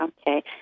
okay